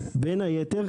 בין היתר,